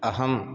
अहं